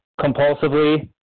compulsively